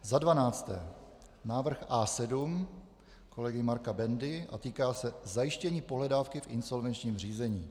Za dvanácté návrh A7 kolegy Marka Bendy a týká se zajištění pohledávky v insolvenčním řízení.